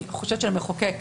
אני חושבת שלמחוקק